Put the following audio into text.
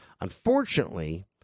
Unfortunately